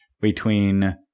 between-